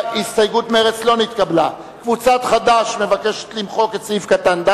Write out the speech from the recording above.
שי וקבוצת סיעת חד"ש לסעיף 13 לא נתקבלה.